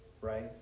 right